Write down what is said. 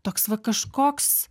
toks va kažkoks